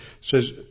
says